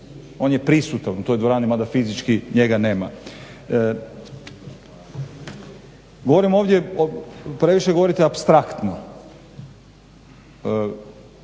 On je prisutan u toj dvorani mada fizički njega nema. Govorim ovdje, previše govorite apstraktno,